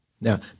Now